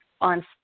on